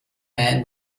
man